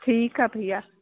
ठीकु आहे भईया